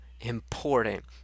important